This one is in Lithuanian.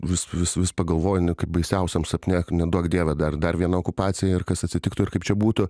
vis vis vis pagalvoju nu kaip baisiausiam sapne neduok dieve dar dar viena okupacija ir kas atsitiktų ir kaip čia būtų